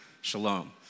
shalom